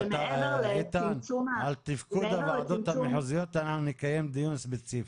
על תפקוד הוועדות המחוזיות אנחנו נקיים דיון ספציפי.